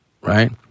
right